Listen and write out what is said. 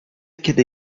kiedy